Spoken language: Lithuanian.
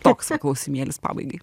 toks klausimėlis pabaigai